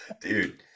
dude